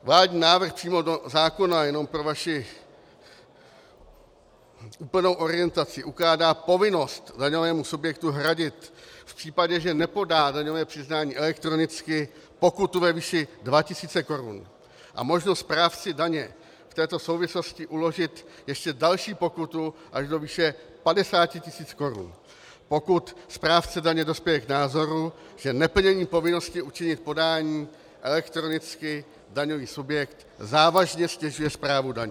Vládní návrh přímo do zákona jenom pro vaši úplnou orientaci ukládá povinnost daňovému subjektu hradit v případě, že nepodá daňové přiznání elektronicky, pokutu ve výši 2 tis. korun a možnost správci daně v této souvislosti uložit ještě další pokutu až do výše 50 tis. korun, pokud správce daně dospěje k názoru, že neplněním povinnosti učinit podání elektronicky daňový subjekt závažně ztěžuje správu daně.